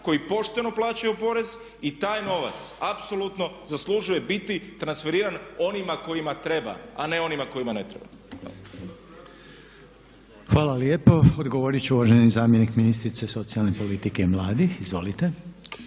koji pošteno plaćaju porez i taj novac apsolutno zaslužuje biti transferiran onima kojima treba a ne onima kojima ne treba.